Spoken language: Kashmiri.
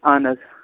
اَہن حظ